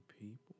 people